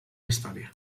història